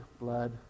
blood